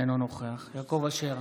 אינו נוכח יעקב אשר,